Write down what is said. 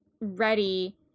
ready